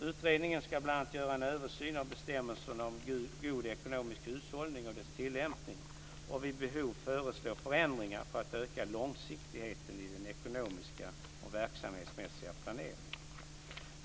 Utredningen ska bl.a. göra en översyn av bestämmelserna om god ekonomisk hushållning och dess tillämpning och vid behov föreslå förändringar för att öka långsiktigheten i den ekonomiska och verksamhetsmässiga planeringen.